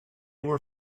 were